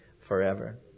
forever